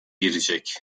girecek